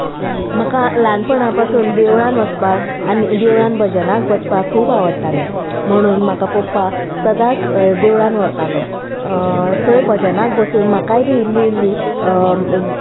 म्हाका ल्हानपणा पासून देवळान वचपाक आनी देवळान भजनाक बसपाक खूब आवडटालें म्हणून म्हाका पप्पा सदांच देवळान व्हरतालो थंय भजनाक बसून म्हाकाय बी इल्ली इल्ली